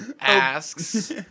asks